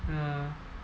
ya